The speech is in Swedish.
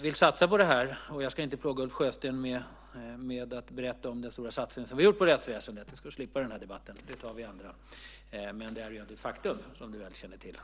vill satsa på detta. Jag ska inte plåga Ulf Sjösten med att berätta om den stora satsning vi har gjort på rättsväsendet. Det ska du få slippa i den här debatten, men det är ett faktum som du väl känner till.